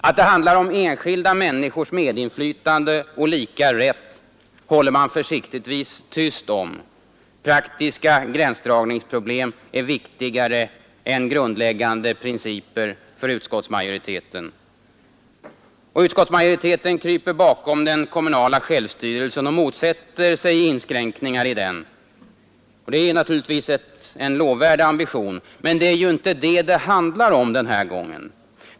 Att det handlar om enskilda människors medinflytande och lika rätt håller man försiktigtvis tyst om. Praktiska gränsdragningsproblem är för utskottsmajoriteten viktigare än grundläggande principer. Utskottsmajoriteten kryper bakom den kommunala självstyrelsen och motsätter sig inskränkningar i den, vilket naturligtvis är en lovvärd ambition. Men det är ju inte det det handlar om.